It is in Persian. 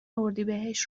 اردیبهشت